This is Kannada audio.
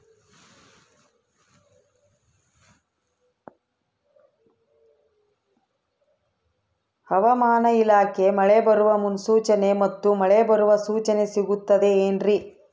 ಹವಮಾನ ಇಲಾಖೆ ಮಳೆ ಬರುವ ಮುನ್ಸೂಚನೆ ಮತ್ತು ಮಳೆ ಬರುವ ಸೂಚನೆ ಸಿಗುತ್ತದೆ ಏನ್ರಿ?